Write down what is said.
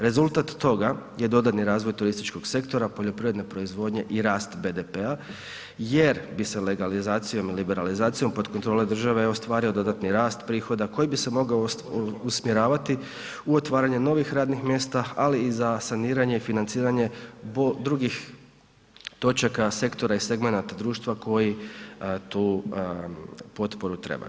Rezultat toga je dodani razvoj turističkog sektora, poljoprivredna proizvodnja i rast BDP-a jer bi se legalizacijom i liberalizacijom pod kontrolom države ostvari dodatni rast prihoda koji bi se mogao usmjeravati u otvaranje novih radnih mjesta ali i za saniranje i financiranje drugih točaka, sektora i segmenata društva koji tu potporu trebaju.